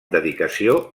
dedicació